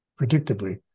predictably